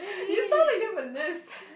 you sound like you have a lisp